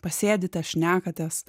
pasėdite šnekatės